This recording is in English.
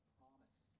promise